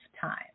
time